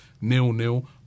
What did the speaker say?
nil-nil